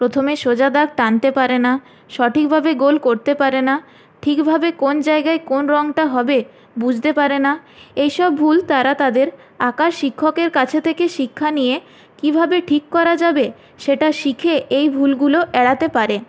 প্রথমে সোজা দাগ টানতে পারে না সঠিকভাবে গোল করতে পারে না ঠিকভাবে কোন জায়গায় কোন রঙটা হবে বুঝতে পারে না এইসব ভুল তারা তাদের আঁকার শিক্ষকের কাছে থেকে শিক্ষা নিয়ে কীভাবে ঠিক করা যাবে সেটা শিখে এই ভুলগুলো এড়াতে পারে